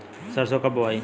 सरसो कब बोआई?